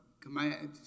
command